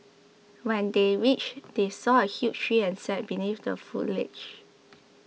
when they reached they saw a huge tree and sat beneath the foliage